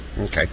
Okay